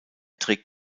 trägt